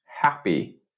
happy